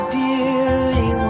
beauty